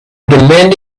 demanding